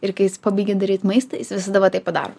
ir kai jis pabaigia daryt maistą jis visada va taip padaro